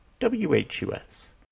WHUS